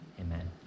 Amen